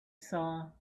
saw